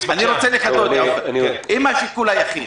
--- אם השיקול היחיד